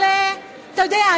אבל אתה יודע,